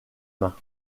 mains